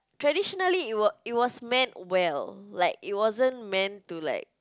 traditionally it wa~ it was meant well like it wasn't meant to like